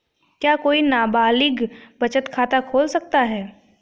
क्या कोई नाबालिग बचत खाता खोल सकता है?